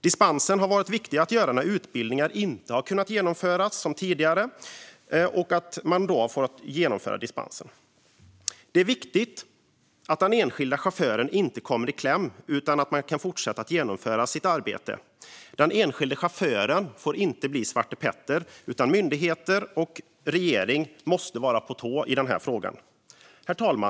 Dispensen har varit viktig när utbildningar inte har kunnat genomföras som tidigare. Det är viktigt att den enskilde chauffören inte kommer i kläm utan kan fortsätta att utföra sitt arbete. Den enskilde chauffören får inte bli svartepetter, utan myndigheter och regering måste vara på tårna i den här frågan. Herr talman!